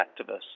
activists